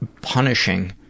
Punishing